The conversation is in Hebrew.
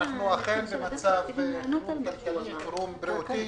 אנחנו אכן במצב חירום כלכלי וחירום בריאותי